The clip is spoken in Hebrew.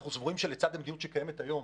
אנחנו חושבים שלצד המדיניות שקיימת היום,